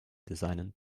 designen